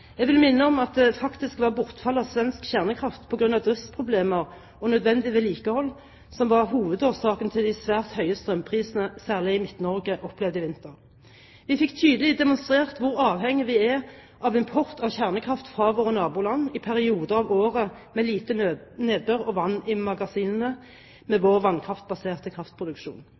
Jeg vil minne om at det faktisk var bortfallet av svensk kjernekraft på grunn av driftsproblemer og nødvendig vedlikehold som var hovedårsaken til de svært høye strømprisene særlig Midt-Norge opplevde i vinter. Vi med vår vannkraftbaserte kraftproduksjon fikk tydelig demonstrert hvor avhengig vi er av import av kjernekraft fra våre naboland i perioder av året med lite nedbør og vann i magasinene. Vi bør derfor være varsomme med